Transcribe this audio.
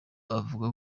avuga